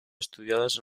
estudiadas